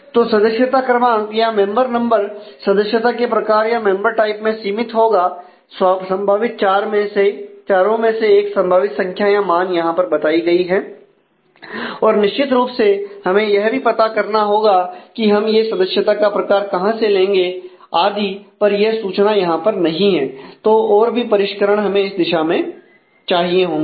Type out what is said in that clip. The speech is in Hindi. तो सदस्यता क्रमांक या मेंबर नंबर → सदस्यता के प्रकार या मेंबर टाइप मैं सीमित होगा संभावित 4 में चारों में से एक संभावित संख्या या मान यहां पर बताई गई है और निश्चित रूप से हमें यह भी पता करना होगा कि हम यह सदस्यता का प्रकार कहां से लेंगे आदि पर यह सूचना यहां पर नहीं है तो और भी परिष्करण हमें इस दिशा में चाहिए होंगे